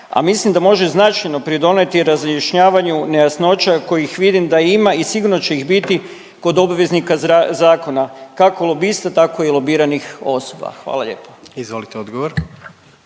a mislim da može značajno pridonijeti razjašnjavanju nejasnoća kojih vidim da ima i sigurno će ih biti kod obveznika zra… zakona kako lobista tako i lobiranih osoba. Hvala lijepa. **Jandroković,